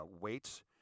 weights –